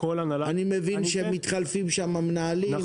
אני מבין שמתחלפים שם מנהלים,